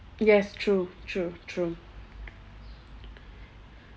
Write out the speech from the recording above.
yes true true true